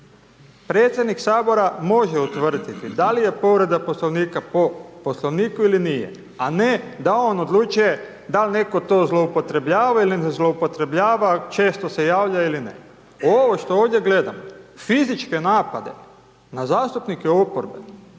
Predsjednik Sabora može utvrditi da li je povreda Poslovnika po Poslovniku ili nije. A ne da on odlučuje da li netko to zloupotrebljava ili ne zloupotrebljava, često se javlja ili ne. Ovo što ovdje gledam, fizičke napade, na zastupnike oporbe,